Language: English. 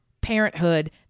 parenthood